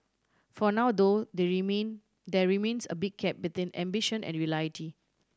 for now though the remain there remains a big gap between ambition and reality